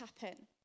happen